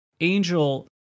Angel